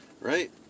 Right